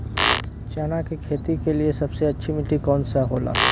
चना की खेती के लिए सबसे अच्छी मिट्टी कौन होखे ला?